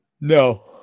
No